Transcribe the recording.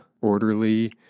orderly